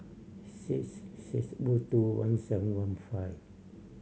six six O two one seven one five